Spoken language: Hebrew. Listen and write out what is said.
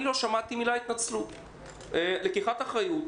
לא שמעתי מילת התנצלות, לקיחת אחריות.